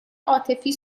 عاطفی